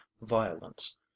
violence